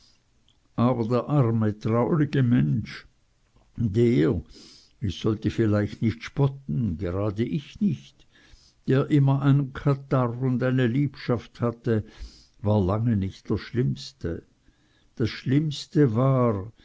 aber der arme traurige mensch der ich sollte vielleicht nicht spotten gerade ich nicht immer einen katarrh und eine liebschaft hatte war lange nicht der schlimmste das schlimmste war